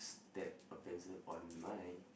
stab a pencil on my